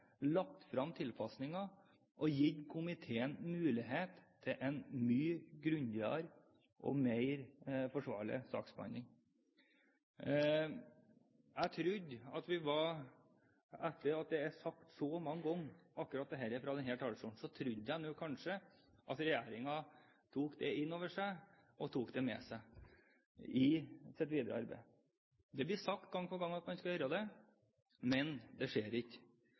lagt fram tilpasninger og gitt komiteen mulighet til en mye grundigere og mer forsvarlig saksbehandling. Akkurat dette er sagt så mange ganger fra denne talerstolen at jeg trodde regjeringen kanskje tok det inn over seg, og tok det med seg i sitt videre arbeid. Det blir sagt gang på gang at man skal gjøre det, men det skjer ikke.